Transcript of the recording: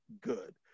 good